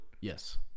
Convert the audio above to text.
yes